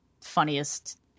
funniest